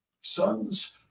sons